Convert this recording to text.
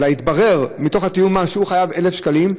אלא מתוך תיאום המס מתברר שהוא חייב 1,000 שקלים,